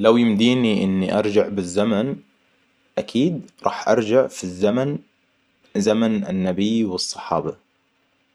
لو يمديني إني أرجع بالزمن اكيد راح ارجع في الزمن زمن النبي والصحابة.